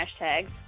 hashtags